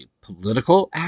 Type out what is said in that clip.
political